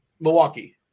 Milwaukee